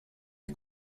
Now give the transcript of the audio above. les